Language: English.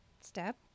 step